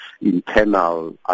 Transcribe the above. internal